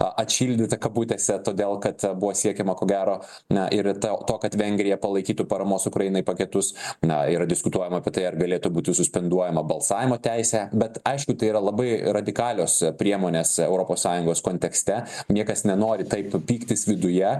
atšildyta kabutėse todėl kad buvo siekiama ko gero na ir ta to kad vengrija palaikytų paramos ukrainai paketus na yra diskutuojama apie tai ar galėtų būti suspenduojama balsavimo teisė bet aišku tai yra labai radikalios priemonės europos sąjungos kontekste niekas nenori taip pyktis viduje